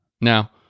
Now